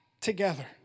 together